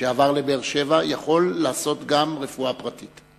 שעבר לבאר-שבע, יכול לעשות גם רפואה פרטית?